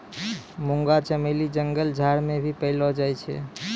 मुंगा चमेली जंगल झाड़ मे भी पैलो जाय छै